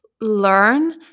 learn